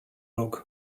rog